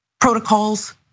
protocols